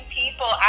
people